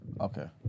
Okay